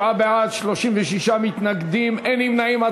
27 בעד, 36 מתנגדים, אין נמנעים.